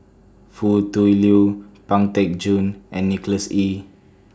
Foo Tui Liew Pang Teck Joon and Nicholas Ee